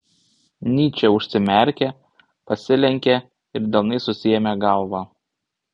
nyčė užsimerkė pasilenkė ir delnais susiėmė galvą